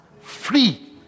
free